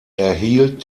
erhielt